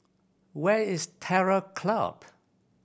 where is Terror Club